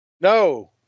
No